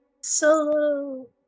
Solo